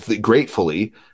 gratefully